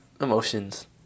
Emotions